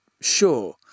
sure